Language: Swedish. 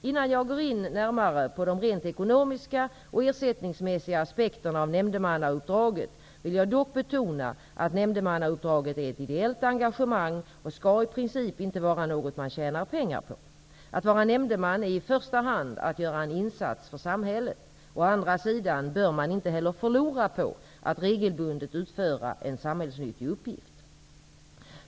Innan jag går in närmare på de rent ekonomiska och ersättningsmässiga aspekterna av nämndemannauppdraget vill jag dock betona att nämndemannauppdraget är ett ideellt engagemang och skall i princip inte vara något man tjänar pengar på. Att vara nämndeman är i första hand att göra en insats för samhället. Å andra sidan bör man inte heller förlora på att regelbundet utföra en samhällsnyttig uppgift.